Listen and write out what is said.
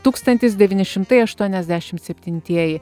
tūkstantis devyni šimtai aštuoniasdešimt septintieji